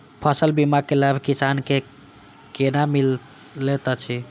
फसल बीमा के लाभ किसान के कोना मिलेत अछि?